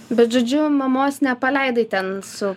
bet žodžiu mamos nepaleidai ten su